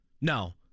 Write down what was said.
No